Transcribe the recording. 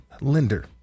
lender